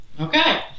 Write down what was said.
Okay